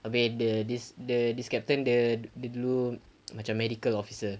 habis the this the this captain the the dia dulu macam medical officer